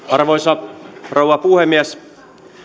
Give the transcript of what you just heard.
arvoisa rouva puhemies